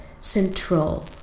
central